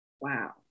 Wow